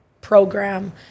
program